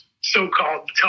so-called